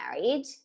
married